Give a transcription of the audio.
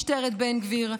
משטרת בן גביר.